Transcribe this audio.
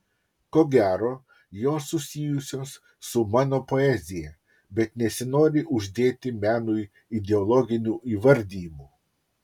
ko gero jos susijusios su mano poezija bet nesinori uždėti menui ideologinių įvardijimų